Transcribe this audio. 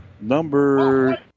number